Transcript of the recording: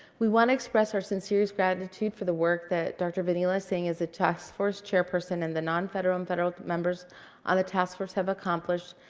we want to express our sincerest gratitude for the work that dr. vanila singh is a task force chairperson, and the non-federal and federal members on the task force have accomplished.